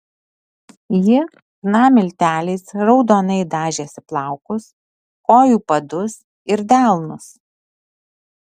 ji chna milteliais raudonai dažėsi plaukus kojų padus ir delnus